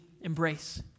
embrace